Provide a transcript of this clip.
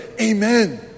Amen